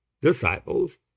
disciples